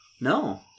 No